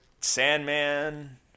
Sandman